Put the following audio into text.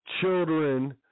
children